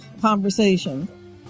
conversation